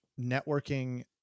networking